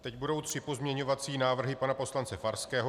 Teď budou tři pozměňovací návrhy pana poslance Farského.